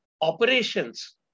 operations